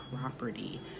property